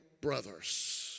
brothers